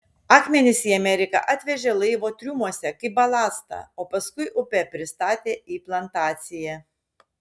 akmenis į ameriką atvežė laivo triumuose kaip balastą o paskui upe pristatė į plantaciją